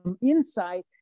insight